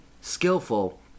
skillful